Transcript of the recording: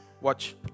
Watch